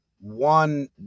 one